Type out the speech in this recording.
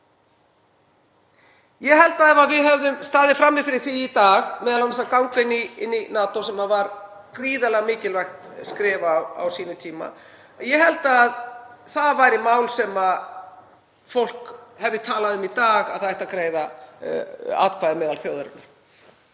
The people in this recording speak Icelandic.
Ég held að ef við hefðum staðið frammi fyrir því í dag að ganga í NATO, sem var gríðarlega mikilvægt skref á sínum tíma, ég held að það væri mál sem fólk hefði talað um í dag að það ætti að greiða atkvæði um meðal þjóðarinnar.